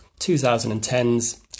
2010s